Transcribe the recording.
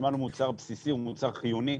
חשמל הוא מוצר בסיסי, הוא מוצר חיוני.